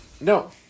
No